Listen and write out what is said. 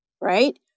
right